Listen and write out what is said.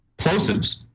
plosives